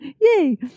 yay